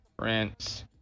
rinse